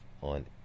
On